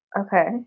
Okay